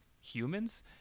humans